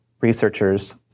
researchers